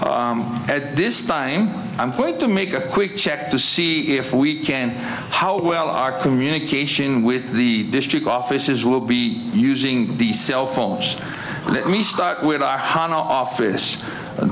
morning at this time i'm going to make a quick check to see if we can how well our communication with the district offices will be using the cell phone let me start with our office